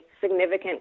significant